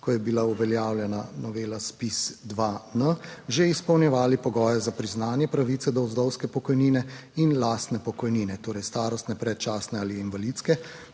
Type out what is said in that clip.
ko je bila uveljavljena novela ZPIZ-2N že izpolnjevali pogoje za priznanje pravice do vdovske pokojnine in lastne pokojnine, torej starostne, predčasne ali invalidske.